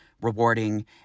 rewarding